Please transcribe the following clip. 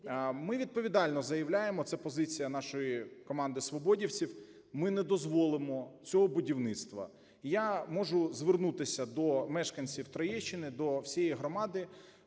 Ми відповідально заявляємо, це позиція нашої команди свободівців, ми не дозволимо цього будівництва. Я можу звернутися до мешканців Троєщини, до всієї громади,